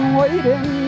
waiting